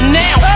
now